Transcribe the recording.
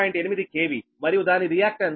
8 KV మరియు దాని reactance Xg2 0